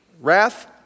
Wrath